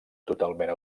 totalment